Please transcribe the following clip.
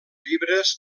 llibres